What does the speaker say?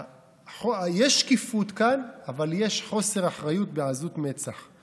יש שקיפות כאן, אבל יש חוסר אחריות בעזות מצח.